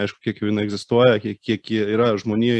aišku kiek jau jinai egzistuoja kiek kiek yra žmonijoj